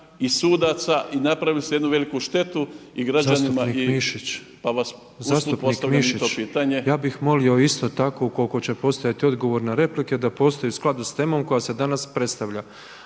i to pitanje. **Petrov, Božo (MOST)** Zastupnik Mišić, ja bih molio isto tako ukoliko će postojati odgovor ne replike da postoji u skladu s temom koja se danas predstavlja.